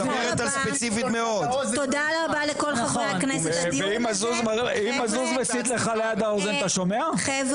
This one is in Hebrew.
אם הזבוב מסית לך ליד האוזן אתה שומע?